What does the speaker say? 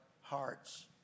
hearts